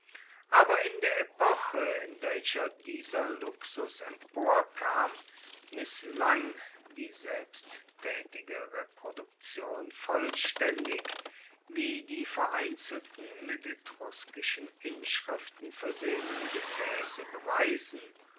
aber in der epoche in welcher dieser luxus emporkam misslang die selbsttaetige reproduktion vollstaendig wie die vereinzelten mit etruskischen inschriften versehenen gefaesse beweisen